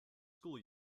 school